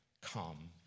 come